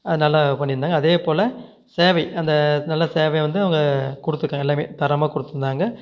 அது நல்லா பண்ணி இருந்தாங்க அதேபோல் சேவை அந்த நல்ல சேவை வந்து அவங்க கொடுத்துருக்காங்க எல்லாமே தரமாக கொடுத்துருந்தாங்க